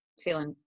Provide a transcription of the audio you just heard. feeling